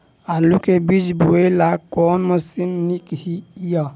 आलु के बीज बोय लेल कोन मशीन नीक ईय?